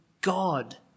God